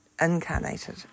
incarnated